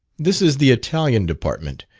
this is the italian department,